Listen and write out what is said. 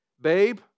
Babe